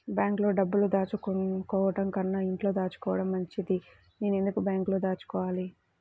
బ్యాంక్లో డబ్బులు దాచుకోవటంకన్నా ఇంట్లో దాచుకోవటం మంచిది నేను ఎందుకు బ్యాంక్లో దాచుకోవాలి?